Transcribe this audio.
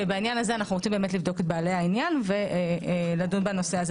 ובעניין הזה אנחנו רוצים לבדוק את בעלי העניין ולדון בנושא הזה.